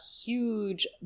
huge